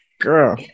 Girl